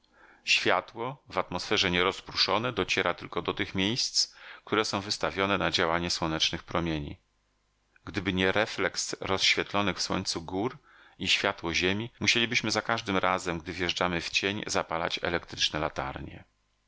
światło w atmosferze nie rozprószone dociera tylko do tych miejsc które są wystawione na działanie słonecznych promieni gdyby nie refleks rozświetlonych w słońcu gór i światło ziemi musielibyśmy za każdym razem gdy wjeżdżamy w cień zapalać elektryczne latarnie